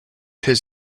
his